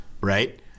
Right